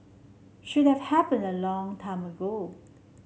should have happen a long time ago